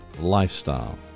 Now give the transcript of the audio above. lifestyle